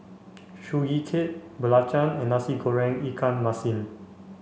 Sugee Cake Belacan and Nasi Goreng Ikan Masin